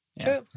True